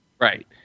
right